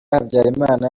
habyalimana